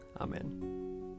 Amen